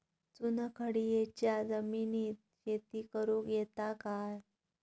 चुनखडीयेच्या जमिनीत शेती करुक येता काय?